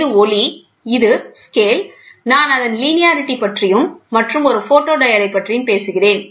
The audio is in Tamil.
இது ஒளி இது ஸ்கேல் நான் அதன் லினியாரிட்டி பற்றியும் மற்றும் ஒரு போட்டோடியோட் பற்றியும் பேசுகிறேன்